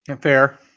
Fair